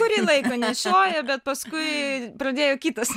kurį laiką nešiojo bet paskui pradėjo kitas